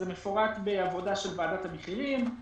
זה מפורט בעבודה של ועדת המחירים,